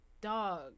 dog